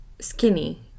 skinny